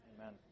Amen